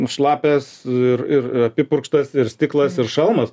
šlapias ir ir apipurkštas ir stiklas ir šalmas